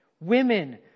Women